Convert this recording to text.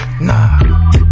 Nah